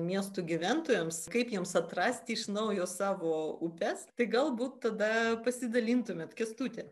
miestų gyventojams kaip jiems atrasti iš naujo savo upes tai galbūt tada pasidalintumėt kęstuti